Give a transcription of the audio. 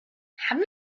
haben